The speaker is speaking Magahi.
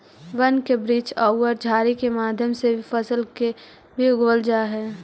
वन के वृक्ष औउर झाड़ि के मध्य से फसल के भी उगवल जा हई